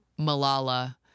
Malala